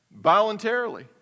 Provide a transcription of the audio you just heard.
voluntarily